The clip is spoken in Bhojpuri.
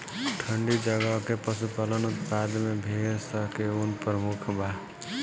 ठंडी जगह के पशुपालन उत्पाद में भेड़ स के ऊन प्रमुख बा